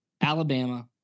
Alabama